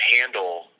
handle